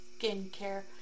skincare